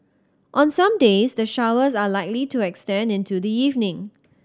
on some days the showers are likely to extend into the evening